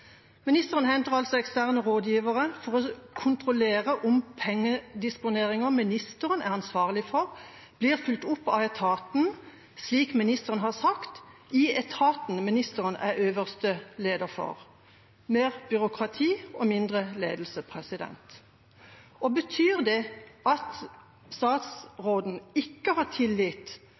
Ministeren henter altså eksterne rådgivere for å kontrollere at pengedisponeringer ministeren er ansvarlig for, blir fulgt opp av etaten slik ministeren har sagt, i etaten ministeren er øverste leder for – mer byråkrati og mindre ledelse. Betyr det at statsråden ikke har tillit